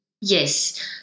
Yes